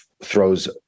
throws